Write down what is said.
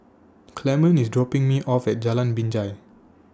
Clemon IS dropping Me off At Jalan Binjai